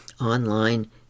online